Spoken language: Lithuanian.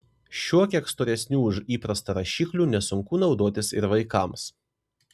šiuo kiek storesniu už įprastą rašikliu nesunku naudotis ir vaikams